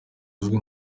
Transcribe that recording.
uzwi